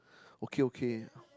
okay okay